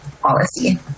policy